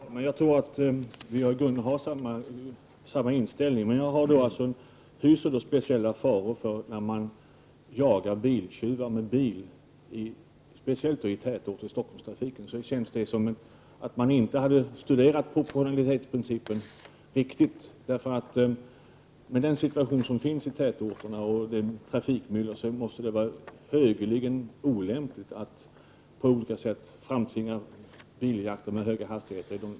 Herr talman! Jag tror att vi i grunden har samma inställning. Men jag hyser vissa farhågor när det gäller att jaga biltjuvar med bil, speciellt i tätorter, t.ex. i Stockholm. Det verkar som om man inte har studerat proportionalitetsprincipen. Med den situation som råder i tätorterna med deras trafikmyller måste det vara mycket olämpligt att på olika sätt framtvinga biljakter med höga hastigheter.